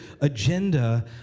agenda